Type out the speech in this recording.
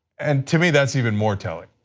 and to me that is even more telling.